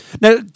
Now